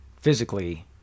physically